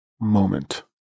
moment